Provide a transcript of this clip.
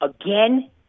again